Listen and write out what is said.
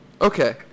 Okay